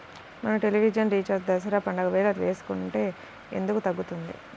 మన television recharge Dasara పండగ వేళ వేసుకుంటే ఎందుకు తగ్గుతుంది?